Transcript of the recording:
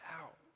out